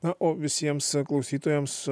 na o visiems klausytojams